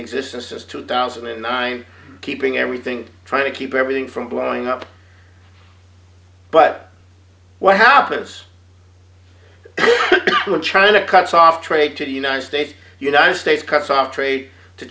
existence since two thousand and nine keeping everything trying to keep everything from blowing up but what happens when china cuts off trade to the united states the united states cuts off trade to